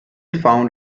found